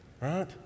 right